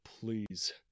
Please